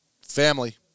family